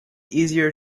easier